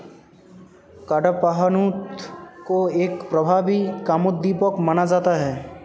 कडपहनुत को एक प्रभावी कामोद्दीपक माना जाता है